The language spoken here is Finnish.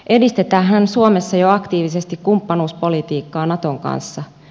edistetäänhän suomessa jo aktiivisesti kumppanuuspolitiikkaa naton kanssa